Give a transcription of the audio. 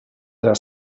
their